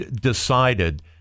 decided